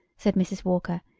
said mrs. walker,